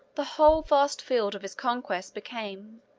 the whole vast field of his conquests became,